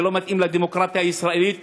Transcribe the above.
זה לא מתאים לדמוקרטיה הישראלית,